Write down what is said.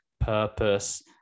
purpose